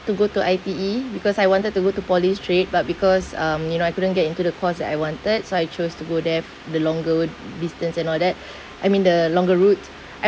to go to I_T_E because I wanted to go to poly straight but because um you know I couldn't get into the course that I wanted so I chose to go there the longer distance and all that I mean the longer route I